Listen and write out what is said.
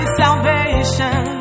salvation